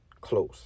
close